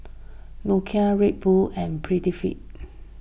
Nokia Red Bull and Prettyfit